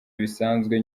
bisanzwe